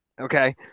Okay